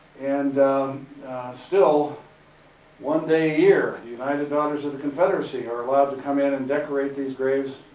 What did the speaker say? and still one day a year the united daughters of the confederacy are allowed to come in and decorate these graves.